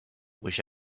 wish